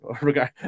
regard